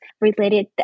related